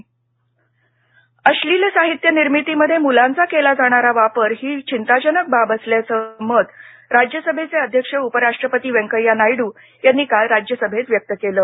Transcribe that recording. pornography अश्लील साहित्यनिर्मितीमध्ये मुलांचा केला जाणारा वापर ही थिंताजनक बाब असल्याचं मत राज्यसभेचे अध्यक्ष उपराष्ट्रपती वैंकय्या नायडू यांनी यांनी काल राज्यसभेत व्यक्त केलं